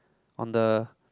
on the